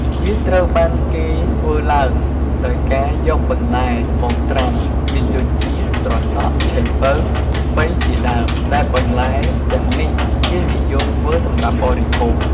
វាត្រូវបានគេធ្វើឡើងដោយការយកបន្លែមកត្រាំមានដូចជា ត្រសក់ ឆៃប៉ូវ ស្ពៃជាដេីម ដែលបន្លែទាំងនេះគេនិយមធ្វេីសម្រាប់បរិភោគ។